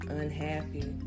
unhappy